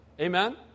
Amen